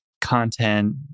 content